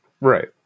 Right